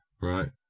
right